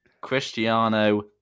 Cristiano